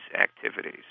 activities